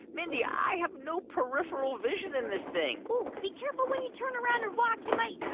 mindy, i have no peripheral vision in this thing be careful when you turn around and walk. you might. knock